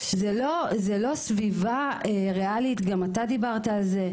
זו לא סביבה ריאלית וגם אתה דיברת על הנושא,